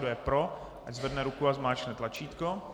Kdo je pro, ať zvedne ruku a zmáčkne tlačítko.